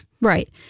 Right